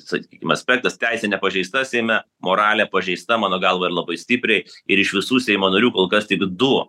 sakykim aspektas teisė nepažeista seime moralė pažeista mano galvą ir labai stipriai ir iš visų seimo narių kol kas tik du